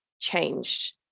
changed